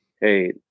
hey